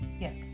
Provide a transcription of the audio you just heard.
Yes